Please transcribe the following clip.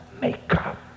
makeup